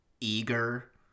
eager